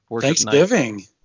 Thanksgiving